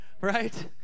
right